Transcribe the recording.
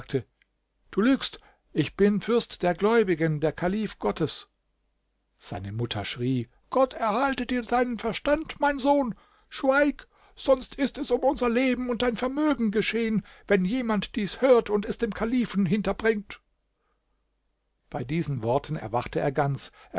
du lügst ich bin fürst der gläubigen der kalif gottes seine mutter schrie gott erhalte dir deinen verstand mein sohn schweig sonst ist es um unser leben und dein vermögen geschehen wenn jemand dies hört und es dem kalifen hinterbringt bei diesen worten erwachte er ganz